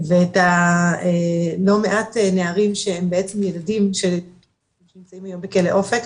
ואת הלא מעט נערים שהם בעצם ילדים של אנשים שנמצאים היום בכלא אופק.